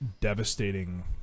devastating